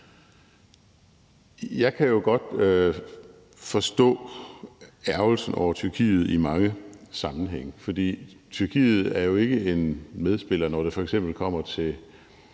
Jeg kan godt forstå ærgrelsen over Tyrkiet i mange sammenhænge, for Tyrkiet er jo ikke en medspiller, når det f.eks. kommer til